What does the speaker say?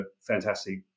fantastic